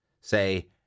Say